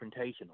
confrontational